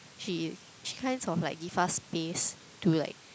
she she kinds of like give us space to like